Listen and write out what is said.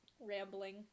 rambling